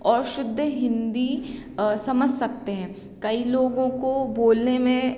और शुद्ध हिंदी समझ सकते हैं कई लोगों को बोलने में